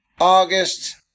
August